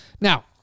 Now